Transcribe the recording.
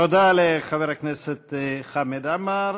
תודה לחבר הכנסת חמד עמאר.